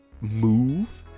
move